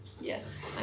Yes